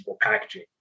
packaging